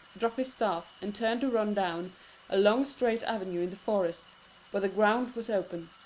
drop his staff, and turn to run down a long straight avenue in the forest where the ground was open.